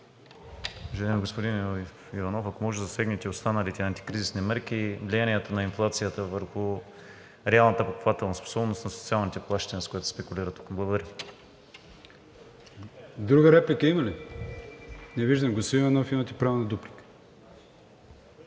Друга реплика има ли? Не виждам. Господин Иванов, имате право на дуплика.